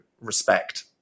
respect